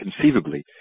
conceivably